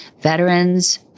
veterans